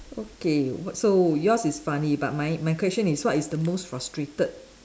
okay what so yours is funny but my my question is what is the most frustrated